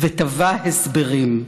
ותבע הסברים.